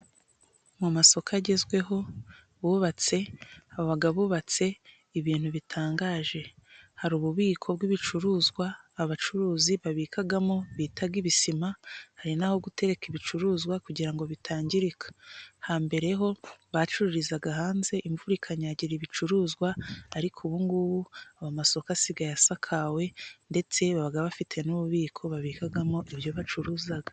Mu masoko agezweho bubatse aba yubatse ibintu bitangaje hari ububiko bw'ibicuruzwa, abacuruzi babikamo bita ibisima, hari n'aho gutereka ibicuruzwa kugira ngo bitangirika. Hambere ho bacururizaga hanze imvura ikanyagira ibicuruzwa ariko ubungubu amasoko asigaye asakawe ndetse baba bafite n'ububiko babikagamo ibyo bacuruza.